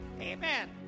Amen